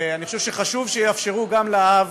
אני חושב שחשוב שיאפשרו גם לאב